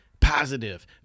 positive